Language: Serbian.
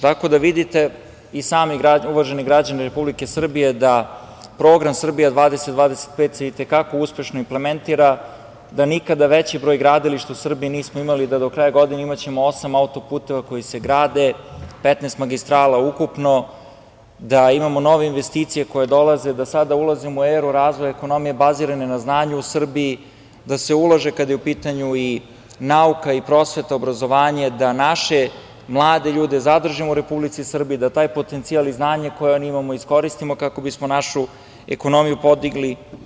Tako da, vidite i sami uvaženi građani Republike Srbije da program „Srbija 2025“ se i te kako uspešno implementira, da nikada veći broj gradilišta u Srbiji nismo imali, da do kraja godine ćemo imati osam autoputeva koji se grade, 15 magistrala ukupno, da imamo nove investicije koje dolaze, da sada ulazimo u eru razvoja ekonomije bazirane na znanju u Srbiji, da se ulaže kada je u pitanju nauka, prosveta, obrazovanje, da naše mlade ljude zadržimo u Republici Srbiji, da taj potencijal i znanje koje oni imaju iskoristimo kako bismo našu ekonomiju podigli.